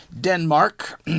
Denmark